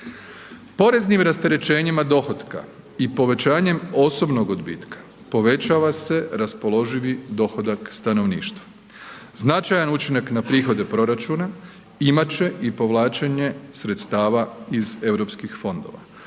Poreznim rasterećenjima dohotka i povećanjem osobnog odbitka povećava se raspoloživi dohodak stanovništva. Značajan učinak na prihode proračuna imat će i povlačenje sredstava iz europskih fondova